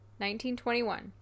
1921